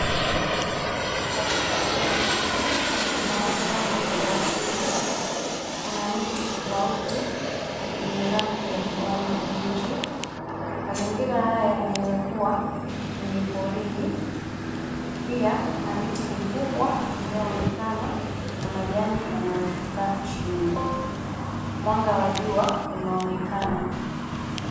Katika eneo hili lina mandhari ya asili. Kuna miti tofauti yenye rangi ya kijani kibichi. Mazingira haya yanaweza kuwa kwenye porini pia kuna miti mikubwa inayo onekana na majani yanayo shuka chini, mwanga wa jua unaonekana.